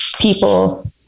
people